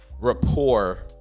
rapport